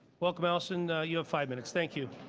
welcome allison. you have five minutes. thank you.